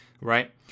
right